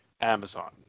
Amazon